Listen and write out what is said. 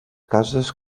cases